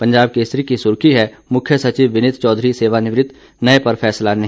पंजाब केसरी की सुर्खी है मुख्य सचिव विनीत चौधरी सेवानिवृत नए पर फैसला नहीं